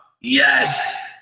Yes